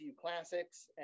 Classics